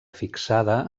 fixada